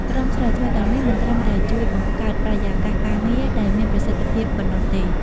ក្រមសីលធម៌ទាំងនេះមិនត្រឹមតែជួយបង្កើតបរិយាកាសការងារដែលមានប្រសិទ្ធភាពប៉ុណ្ណោះទេ។